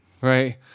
right